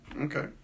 Okay